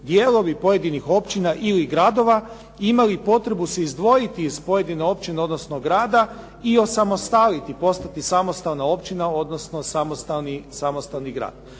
dijelovi pojedinih općina ili gradova imali potrebu se izdvojiti iz pojedine općine odnosno grada i osamostaliti, postati samostalna općina, odnosno samostalni grad.